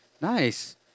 Nice